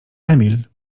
emil